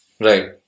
Right